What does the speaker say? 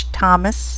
Thomas